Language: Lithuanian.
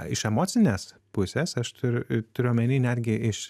iš emocinės pusės aš turiu turiu omeny netgi iš